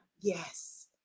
Yes